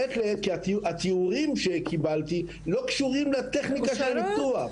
התיאורים שקיבלתי לא קשורים לטכניקה של הניתוח.